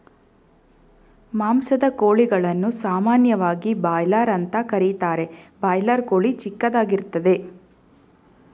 ಮಾಂಸದ ಕೋಳಿಗಳನ್ನು ಸಾಮಾನ್ಯವಾಗಿ ಬಾಯ್ಲರ್ ಅಂತ ಕರೀತಾರೆ ಬಾಯ್ಲರ್ ಕೋಳಿ ಚಿಕ್ಕದಾಗಿರ್ತದೆ